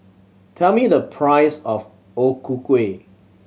tell me the price of O Ku Kueh